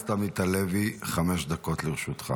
חבר הכנסת עמית הלוי, חמש דקות לרשותך.